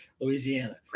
Louisiana